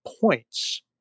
points